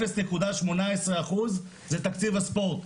אפס נקודה שמונה עשרה אחוז זה תקציב הספורט.